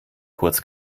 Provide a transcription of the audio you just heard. kurz